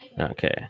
Okay